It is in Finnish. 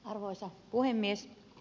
arvoisa puhemies